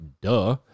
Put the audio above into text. Duh